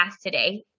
today